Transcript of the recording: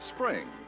Spring